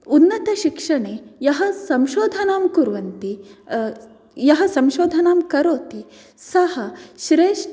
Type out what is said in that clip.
किन्तु उन्नतशिक्षणे यः संशोधनं कुर्वन्ति यः संशोधनं करोति सः श्रेष्ठ